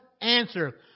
answer